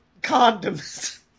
condoms